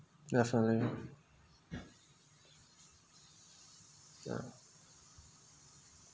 definitely ya